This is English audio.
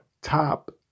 top